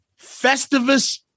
Festivus